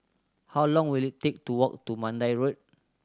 how long will it take to walk to Mandai Road